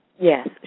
Yes